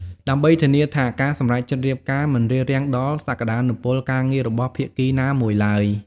ដើម្បីធានាថាការសម្រេចចិត្តរៀបការមិនរារាំងដល់សក្តានុពលការងាររបស់ភាគីណាមួយឡើយ។